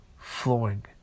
Flowing